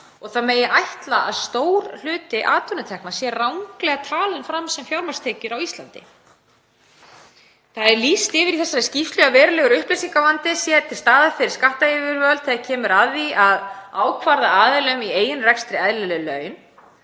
Það megi ætla að stór hluti atvinnutekna sé ranglega talinn fram sem fjármagnstekjur á Íslandi. Því er lýst yfir í þessari skýrslu að verulegur upplýsingavandi sé til staðar fyrir skattyfirvöld þegar kemur að því að ákvarða aðilum í eigin rekstri eðlileg laun.